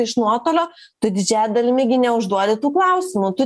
iš nuotolio tu didžiąja dalimi gi neužduodi tų klausimų tu